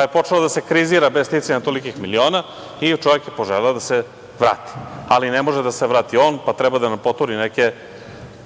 je počeo da krizira bez sticanja tolikih miliona i čovek je poželeo da se vrati. Ali, ne može da se vrati on, pa treba da nam poturi